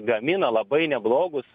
gamina labai neblogus